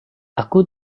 aku